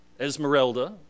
Esmeralda